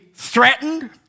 Threatened